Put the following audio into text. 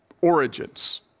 origins